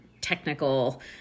technical